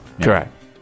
Correct